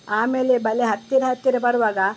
ಆಮೇಲೆ ಬಲೆ ಹತ್ತಿರ ಹತ್ತಿರ ಬರುವಾಗ